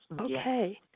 okay